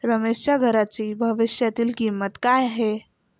रमेशच्या घराची भविष्यातील किंमत काय आहे?